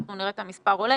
אנחנו רואים את המספר עולה